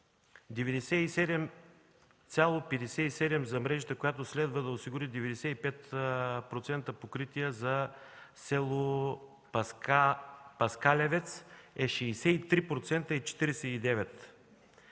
97,57 за мрежата, която следва да осигури 95% покритие за село Паскалевец е 63,49;